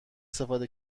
استفاده